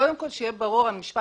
קודם כל שיהיה ברור שחשוב